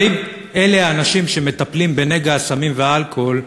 אם אלה האנשים שמטפלים בנגע הסמים והאלכוהול,